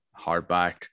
hardback